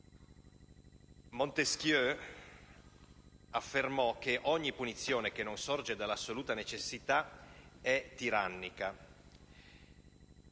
«Montesquieu affermò che ogni punizione che non sorge dall'assoluta necessità è tirannica,